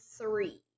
three